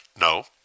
No